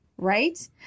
Right